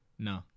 No